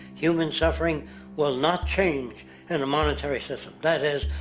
human suffering will not change in a monetary system. that is,